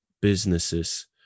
businesses